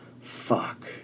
Fuck